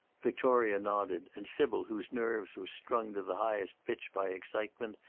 victoria nodded, and sybil, whose nerves were strung to the highest pitch by excitement,